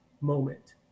moment